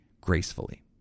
gracefully